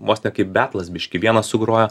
vos ne kaip betlas biškį vienas sugrojo